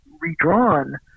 redrawn